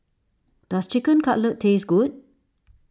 does Chicken Cutlet taste good